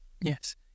Yes